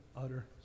utter